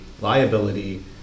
liability